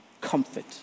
comfort